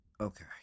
Okay